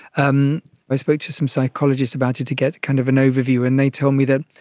um i spoke to some psychologists about it to get kind of an overview, and they told me that